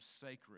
sacred